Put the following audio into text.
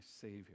Savior